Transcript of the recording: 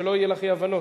שלא יהיו לך אי-הבנות,